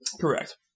correct